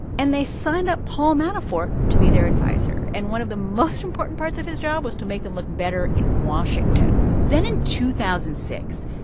and they signed up paul manafort to be their advisor. and one of the most important parts of his job was to make them look better in washington then in two thousand and six,